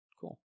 Cool